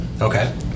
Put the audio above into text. Okay